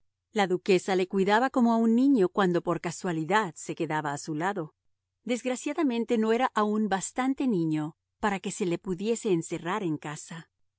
la duquesa le cuidaba como a un niño cuando por casualidad se quedaba a su lado desgraciadamente no era aún bastante niño para que se le pudiese encerrar en casa